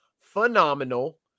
phenomenal